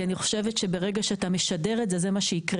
כי אני חושבת שברגע שאתה משדר את זה אז זה מה שיקרה.